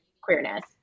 queerness